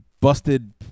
busted